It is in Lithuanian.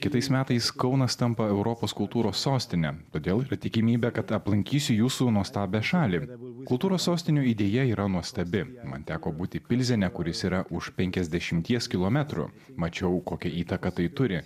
kitais metais kaunas tampa europos kultūros sostine todėl yra tikimybė kad aplankysiu jūsų nuostabią šalį kultūros sostinių idėja yra nuostabi man teko būti pilzene kuris yra už penkiasdešimties kilometrų mačiau kokią įtaką tai turi